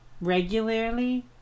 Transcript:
regularly